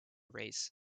race